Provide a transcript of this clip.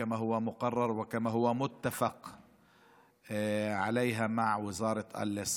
כפי שנקבע וסוכם עם משרד הבריאות,